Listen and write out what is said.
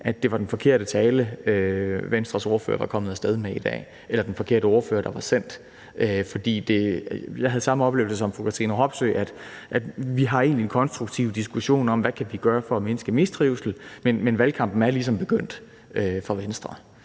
at det var den forkerte tale, Venstres ordfører var kommet af sted med i dag, eller den forkerte ordfører, der var sendt, for jeg havde samme oplevelse som fru Katrine Robsøe af, at vi egentlig her har en konstruktiv diskussion om, hvad vi kan gøre for at mindske mistrivsel, men at valgkampen ligesom er begyndt for Venstre.